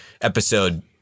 episode